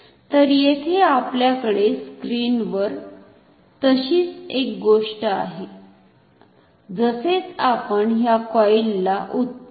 तर येथे आपल्याकडे स्किनवर तशीच एक गोष्ट आहे जसेच आपण ह्या कॉईल ला उत्तेजन देत आहोत